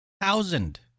Thousand